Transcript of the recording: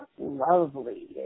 lovely